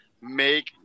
make